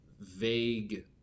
vague